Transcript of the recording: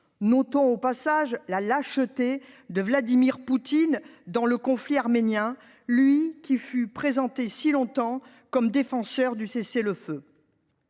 Relevons au passage la lâcheté de Vladimir Poutine dans ce conflit arménien, lui qui fut présenté si longtemps comme un défenseur du cessez-le-feu.